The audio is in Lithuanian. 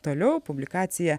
toliau publikacija